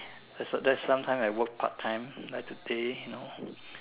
that's a there's sometimes I work part time at the day you know